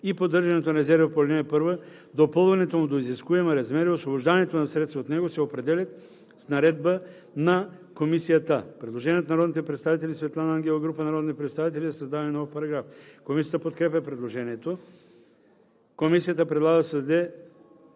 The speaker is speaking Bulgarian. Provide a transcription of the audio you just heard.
и поддържането на резерва по ал. 1, допълването му до изискуемия размер и освобождаването на средства от него се определят с наредба на комисията.“ Предложение от Светлана Ангелова и група народни представители за създаване на нов параграф. Комисията подкрепя предложението. Комисията предлага да